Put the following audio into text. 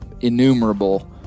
innumerable